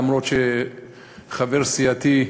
למרות שחבר סיעתי,